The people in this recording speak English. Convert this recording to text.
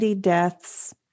deaths